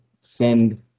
send